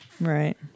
right